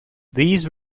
these